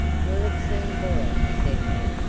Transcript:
will it soon boil? said he.